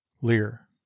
lear